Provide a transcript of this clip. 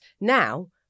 Now